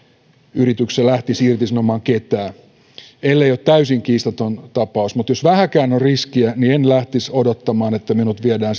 yrityksessä lähtisi irtisanomaan ketään ellei ole täysin kiistaton tapaus mutta jos vähänkään on riskiä niin en lähtisi odottamaan että minut viedään